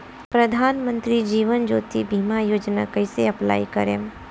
प्रधानमंत्री जीवन ज्योति बीमा योजना कैसे अप्लाई करेम?